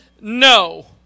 No